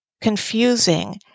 confusing